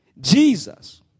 Jesus